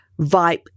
vibe